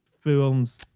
films